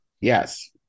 yes